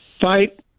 fight